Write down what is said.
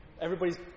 everybody's